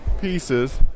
pieces